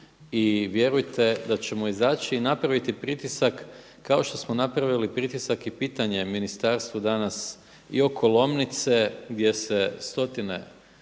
I vjerujete da ćemo izaći i napraviti pritisak kao što smo napravili pritisak i pitanje Ministarstvu danas i oko Lomnice gdje se stotine